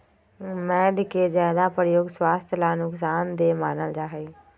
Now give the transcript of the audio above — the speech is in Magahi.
मैद के ज्यादा प्रयोग स्वास्थ्य ला नुकसान देय मानल जाहई